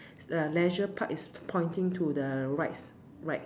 uh Leisure park is pointing to the right s~ right